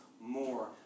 more